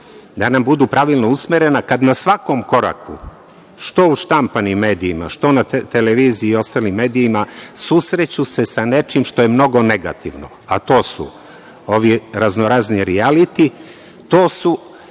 da nam budu pravilno usmerena, kada na svakom koraku, što u štampanim medijima, što na televiziji i ostalim medijima, susreću se sa nečim što je mnogo negativno, a to su ovi raznorazni rijaliti programi,